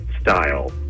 style